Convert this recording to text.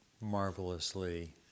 marvelously